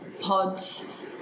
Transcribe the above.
pods